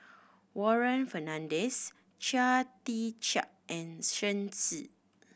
Warren Fernandez Chia Tee Chiak and Shen